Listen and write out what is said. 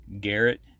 garrett